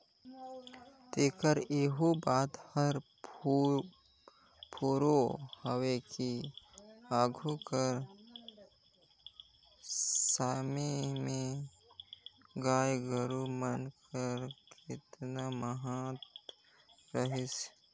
तेकर एहू बात हर फुरों हवे कि आघु कर समे में गाय गरू मन कर केतना महत रहिस